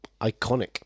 Iconic